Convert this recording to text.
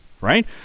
Right